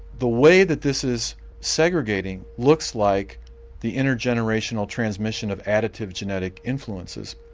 the way that this is segregating looks like the intergenerational transmission of additive genetic influences.